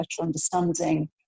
understanding